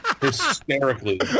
hysterically